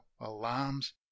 alarms